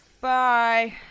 Bye